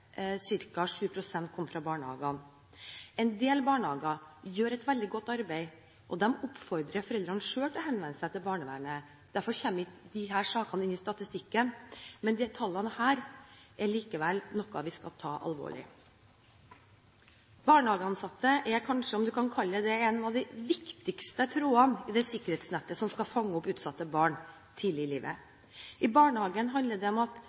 fra barnehagene. En del barnehager gjør et veldig godt arbeid, og de oppfordrer foreldrene til selv å henvende seg til barnevernet. Derfor kommer ikke disse sakene inn i statistikken, men disse tallene er likevel noe vi skal ta alvorlig. Barnehageansatte er kanskje – om man kan kalle det det – en av de viktigste trådene i det sikkerhetsnettet som skal fange opp utsatte barn tidlig i livet. I barnehagen handler det om at